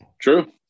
True